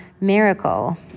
miracle